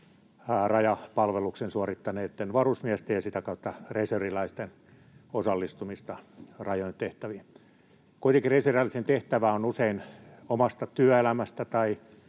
rajapalveluksen suorittaneitten ja sitä kautta reserviläisten osallistumista rajojen tehtäviin. Kuitenkin reserviläisen tehtävä on usein omasta työelämästä tai